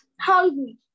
hungry